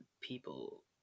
people